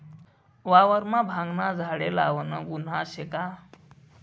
वावरमा भांगना झाडे लावनं गुन्हा शे का?